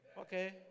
okay